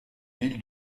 ville